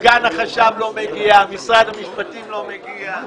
אבל סגן החשב לא מגיע ומשרד המשפטים לא מגיע.